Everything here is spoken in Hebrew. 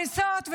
הריסות,